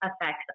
affects